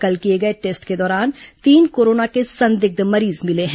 कल किए गए टेस्ट के दौरान तीन कोरोना के संदिग्ध मरीज मिले हैं